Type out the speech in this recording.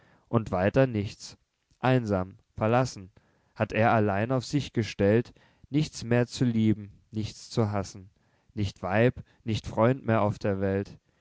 und weiter nichts einsam verlassen hat er allein auf sich gestellt nichts mehr zu lieben nichts zu hassen nicht weib nicht freund mehr auf der welt